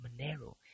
Monero